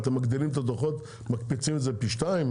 אתם מגדילים את הדוחות ומקפיצים את זה פי שניים?